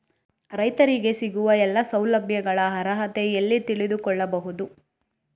ರೈತರಿಗೆ ಸಿಗುವ ಎಲ್ಲಾ ಸೌಲಭ್ಯಗಳ ಅರ್ಹತೆ ಎಲ್ಲಿ ತಿಳಿದುಕೊಳ್ಳಬಹುದು?